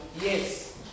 Yes